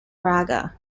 braga